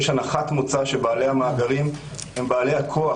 יש הנחת מוצא שבעלי המאגרים הם בעלי הכוח.